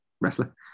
wrestler